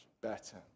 better